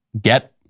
get